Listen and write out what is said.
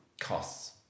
costs